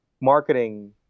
marketing